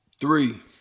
Three